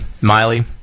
Miley